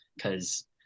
cause